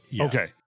Okay